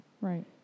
Right